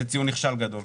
זה ציון נכשל גדול.